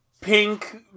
pink